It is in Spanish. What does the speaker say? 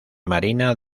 marina